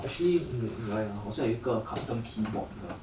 actually 你 !aiya! 好像有一个 custom keyboard 的